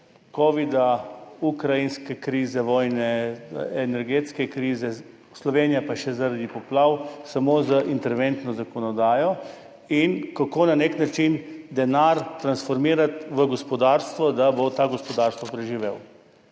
covida, ukrajinske krize, vojne, energetske krize, Slovenija pa še zaradi poplav, samo z interventno zakonodajo in kako na nek način denar transformirati v gospodarstvo, da bo to gospodarstvo preživelo.